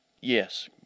Yes